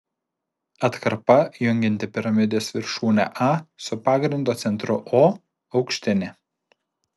atkarpa jungianti piramidės viršūnę a su pagrindo centru o aukštinė